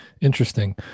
Interesting